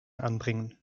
anbringen